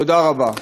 תודה רבה.